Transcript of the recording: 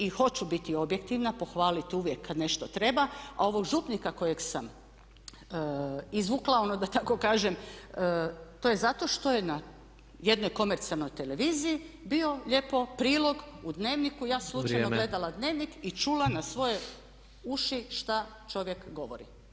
I hoću biti objektivna, pohvaliti uvijek kad nešto treba, a ovog župnika kojeg sam izvukla da tako kažem to je zato što je na jednoj komercijalnoj televiziji bio lijepo prilog u dnevniku, i ja slučajno gledala dnevnik i čula na svoje uši šta čovjek govori.